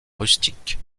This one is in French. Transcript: rustique